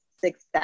success